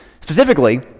specifically